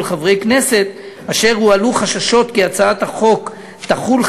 חברי כנסת אשר העלו חששות כי הצעת החוק תחול,